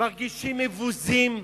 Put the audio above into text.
שמרגישים מבוזים,